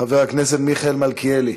חבר הכנסת מיכאל מלכיאלי,